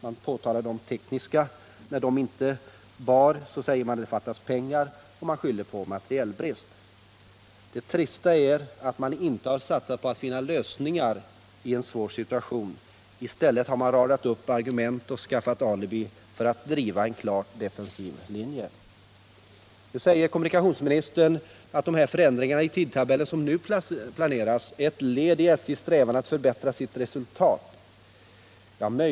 Man påtalade att det fanns tekniska hinder. När inte de var tillräckligt starka, sade man att det fattades pengar, och man skyllde på materielbrist. Det trista är att man inte har satsat på att finna lösningar i en svår situation. I stället har man radat upp argument och skaffat alibi för att driva en klart defensiv linje. Nu säger kommunikationsministern att de förändringar i tidtabellen som f.n. planeras är ett led i SJ:s strävan att förbättra sitt resultat.